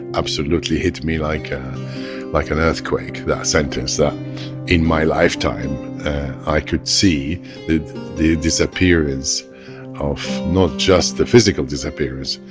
absolutely hit me like like an earthquake, that sentence, that in my lifetime i could see the disappearance of not just the physical disappearance,